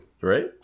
right